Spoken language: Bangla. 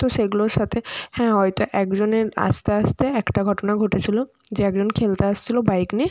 তো সেগুলোর সাথে হ্যাঁ হয়তো একজনের আসতে আসতে একটা ঘটনা ঘটেছিল যে একজন খেলতে আসছিল বাইক নিয়ে